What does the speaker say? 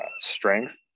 strength